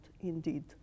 indeed